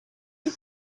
you